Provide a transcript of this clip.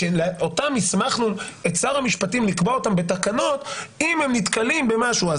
שאותן הסמכנו את שר המשפטים לקבוע אותן בתקנות אם הם נתקלים במשהו.